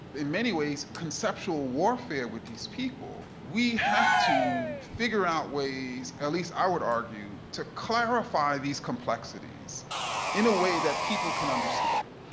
in many ways, conceptual warfare with these people, we have to figure out ways, at least i would argue, to clarify these complexities in a way that people can understand.